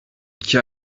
i̇ki